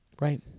Right